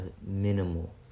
minimal